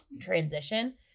transition